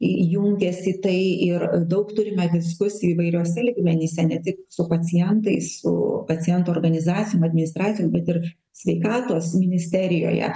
jungiasi į tai ir daug turime diskusijų įvairiuose lygmenyse ne tik su pacientais su pacientų organizacijom administracijom bet ir sveikatos ministerijoje